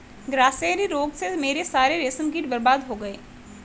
grasserie रोग से मेरे सारे रेशम कीट बर्बाद हो गए